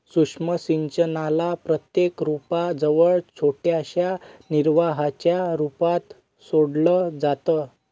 सूक्ष्म सिंचनाला प्रत्येक रोपा जवळ छोट्याशा निर्वाहाच्या रूपात सोडलं जातं